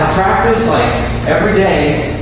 practice every day